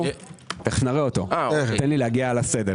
אגיע אליו.